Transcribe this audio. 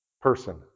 person